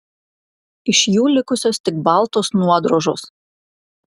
iš jų likusios tik baltos nuodrožos